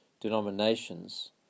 denominations